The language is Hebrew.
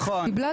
נכון.